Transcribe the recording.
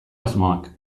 asmoak